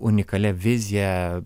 unikalia vizija